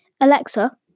Alexa